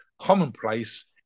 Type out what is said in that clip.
commonplace